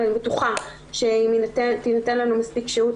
אני בטוחה שאם תינתן לנו מספיק שהות,